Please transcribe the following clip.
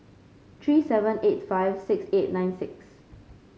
three seven eight five six eight nine six